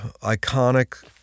iconic